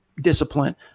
discipline